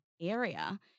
area